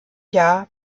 jahr